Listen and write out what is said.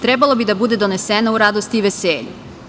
Trebalo bi da bude donesena u radosti i veselju.